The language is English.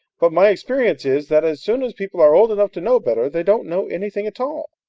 but my experience is that as soon as people are old enough to know better, they don't know anything at all.